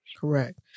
Correct